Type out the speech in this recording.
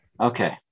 Okay